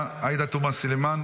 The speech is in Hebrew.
עאידה תומא סלימאן,